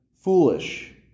foolish